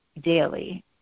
daily